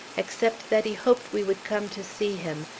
except that he hoped we would come to see him,